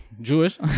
Jewish